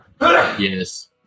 Yes